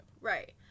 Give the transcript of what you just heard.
Right